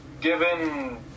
given